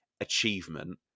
achievement